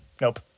Nope